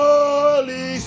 Holy